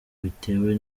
bitewe